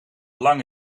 lang